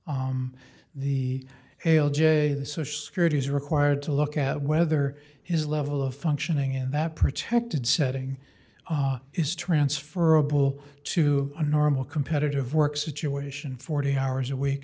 the l j social security is required to look at whether his level of functioning in that protected setting is transferable to a normal competitive work situation forty hours a week